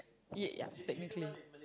yeah yup technically